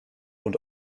und